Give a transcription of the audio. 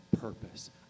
purpose